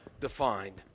defined